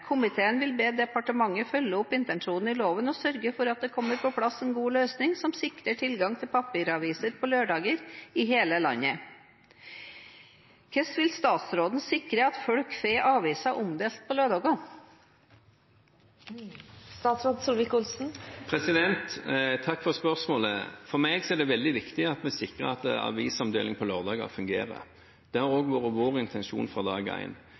vil be departementet følge opp intensjonen i loven og sørge for at det kommer på plass en god løsning som sikrer tilgang til papiraviser på lørdag i hele landet.» Hvordan vil statsråden sikre at folk får aviser omdelt på lørdager?» Takk for spørsmålet. For meg er det veldig viktig at vi sikrer at avisomdeling på lørdager fungerer. Det har vært vår intensjon fra dag